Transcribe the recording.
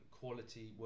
quality